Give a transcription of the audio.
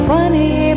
Funny